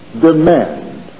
demand